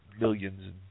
millions